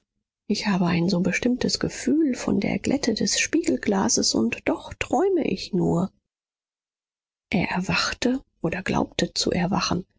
ich habe ein so bestimmtes gefühl von der glätte des spiegelglases und doch träume ich nur er erwachte oder glaubte zu erwachen